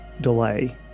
delay